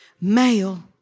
male